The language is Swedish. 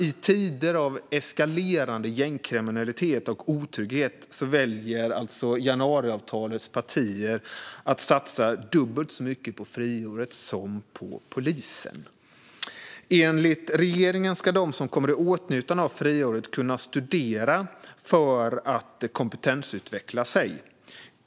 I tider av eskalerande gängkriminalitet och otrygghet väljer alltså januariavtalets partier att satsa dubbelt så mycket på friåret som på polisen. Enligt regeringen ska de som kommer i åtnjutande av friåret kunna studera för att kompetensutveckla sig.